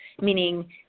meaning